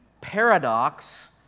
paradox